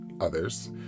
others